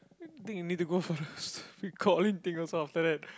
think you need to go for the stupid Coleen thing also after that